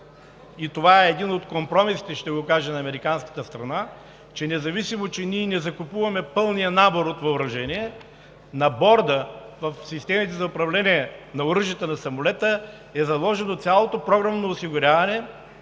самолет е един от компромисите на американската страна. Независимо, че не закупуваме пълния набор от въоръжение на борда, в системите за управление на оръжията на самолет са заложени цялото програмно осигуряване